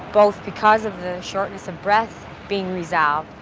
both because of the shortness of breath being resolved,